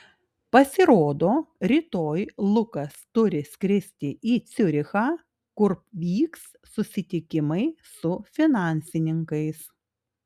pasirodo rytoj lukas turi skristi į ciurichą kur vyks susitikimai su finansininkais